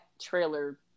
trailer